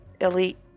elite